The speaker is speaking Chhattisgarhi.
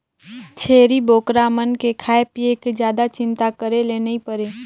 छेरी बोकरा मन के खाए पिए के जादा चिंता करे ले नइ परे